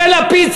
זה לפיד,